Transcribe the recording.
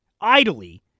idly